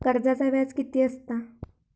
कर्जाचा व्याज कीती असता?